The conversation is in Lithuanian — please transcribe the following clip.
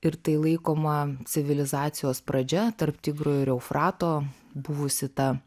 ir tai laikoma civilizacijos pradžia tarp tigro ir eufrato buvusi ta